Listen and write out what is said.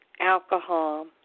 alcohol